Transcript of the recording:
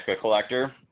collector